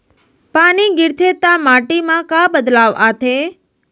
पानी गिरथे ता माटी मा का बदलाव आथे?